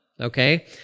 Okay